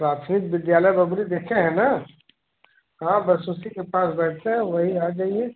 प्राथमिक विद्यालय बोगरी देखे हैं ना हाँ बस उसी के पास बैठते हैं वहीं आ जाइए